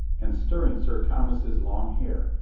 and stirring sir thomas's long hair,